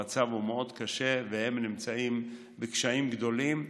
המצב מאוד קשה, והם נמצאים בקשיים גדולים.